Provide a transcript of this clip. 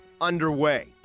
underway